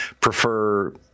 prefer